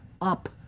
up